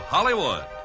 Hollywood